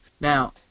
Now